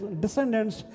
descendants